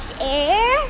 air